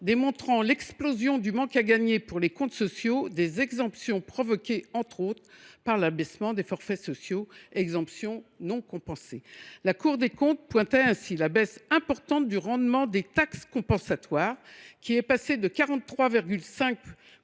démontrant l’explosion du manque à gagner pour les comptes sociaux des exemptions provoquées entre autres par l’abaissement des forfaits sociaux et exemptions non compensées. La Cour des comptes pointait ainsi la baisse importante du rendement des taxes compensatoires, qui est passé de 43,5